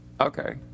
Okay